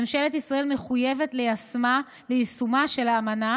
ממשלת ישראל מחויבת ליישומה של האמנה